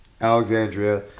Alexandria